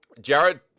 jared